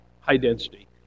high-density